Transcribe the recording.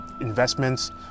investments